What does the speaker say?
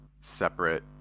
separate